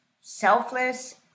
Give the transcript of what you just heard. selfless